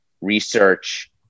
research